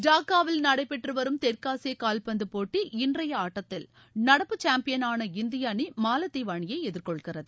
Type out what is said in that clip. டாக்காவில் நடைபெற்று வரும்தெற்காசிய கால்பந்து போட்டி இன்றைய ஆட்டத்தில் நடப்பு சாம்பியனான இந்திய அணி மாலத்தீவு அணியை எதிர் கொள்கிறது